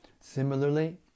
Similarly